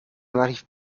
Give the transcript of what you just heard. n’arrive